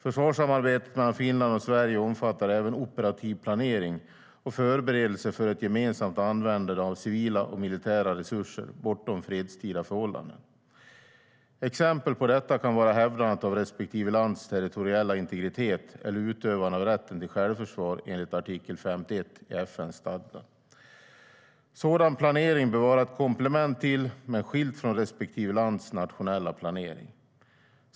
Försvarssamarbetet mellan Finland och Sverige omfattar även operativ planering och förberedelser för ett gemensamt användande av civila och militära resurser bortom fredstida förhållanden. Exempel på detta kan vara hävdandet av respektive lands territoriella integritet eller utövande av rätten till självförsvar enligt artikel 51 i FN:s stadga. Sådan planering bör vara ett komplement till men skilt från respektive lands nationella planering.